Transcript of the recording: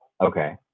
Okay